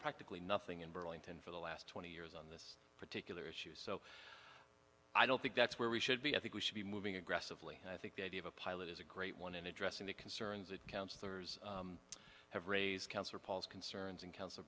practically nothing in burlington for the last twenty years on this particular issue so i don't think that's where we should be i think we should be moving aggressively and i think the idea of a pilot is a great one in addressing the concerns that counsellors have raised cancer